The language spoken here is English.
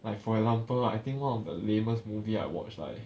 like for example lah I think one of the lamest movie I watch right